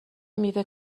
میوه